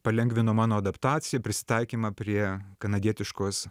palengvino mano adaptaciją prisitaikymą prie kanadietiškos